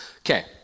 Okay